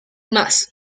más